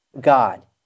God